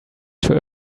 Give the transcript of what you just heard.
too